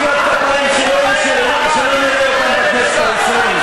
מחיאות כפיים שלא נראה אותן בכנסת ה-20.